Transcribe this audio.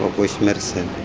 bush medicine,